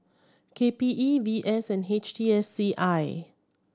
K P E V S and H T S C I